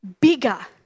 bigger